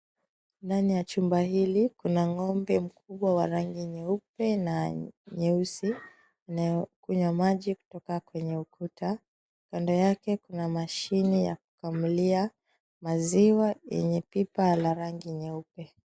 Ndani ya chumba hili kuna ng'ombe mkubwa wa rangi nyeupe na nyeusi anayekunywa maji kutoka kwenye ukuta. Kando yake kuna mashini ya kukamulia maziwa yenye pipa la rangi nyeupe.